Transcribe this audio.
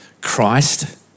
Christ